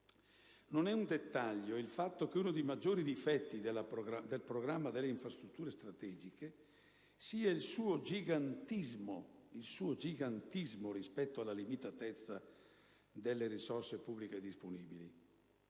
Non è un dettaglio il fatto che uno dei maggiori difetti del programma delle infrastrutture strategiche sia il suo gigantismo rispetto alla limitatezza delle risorse pubbliche disponibili.